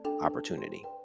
opportunity